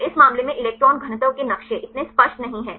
तो इस मामले में इलेक्ट्रॉन घनत्व के नक्शे इतने स्पष्ट नहीं हैं